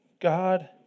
God